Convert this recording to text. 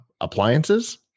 appliances